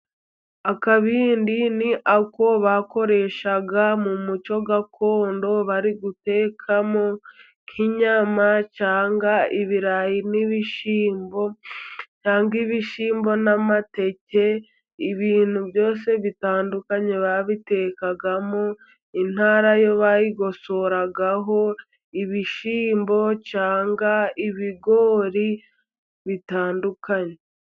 Akabindi ni ako bakoreshaaga mu muco gakondo. Bari gutekamo nk'inyama cyangwa ibirayi n'ibishyimbo, cyangwa ibishyimbo n'amateke. Ibintu byose bitandukanye babitekagamo. Intara yo bayigosoreragaho ibishyimbo cyangwa ibigori bitandukanye.